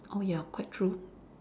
orh ya quite true